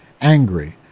angry